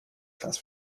class